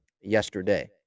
yesterday